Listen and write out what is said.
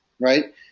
right